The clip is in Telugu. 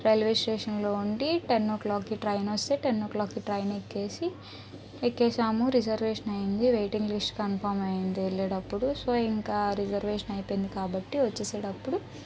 రైల్వే స్టేషన్లో ఉండి టెన్ ఓ క్లాక్కి ట్రైన్ వస్తే టెన్ ఓ క్లాక్కి ట్రైన్ ఎక్కేసి ఎక్కేశాము రిజర్వేషన్ అయ్యింది వైటింగ్ లిస్ట్ కన్ఫామ్ అయ్యింది వెళ్ళేడప్పుడు సో ఇంకా రిజర్వేషన్ అయిపోయింది కాబట్టి వచ్చేసేడప్పుడు